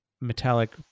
metallic